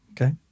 okay